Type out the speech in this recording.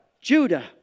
Judah